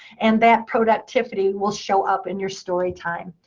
and that productivity will show up in your story time.